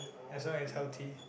as long as healthy